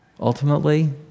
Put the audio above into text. ultimately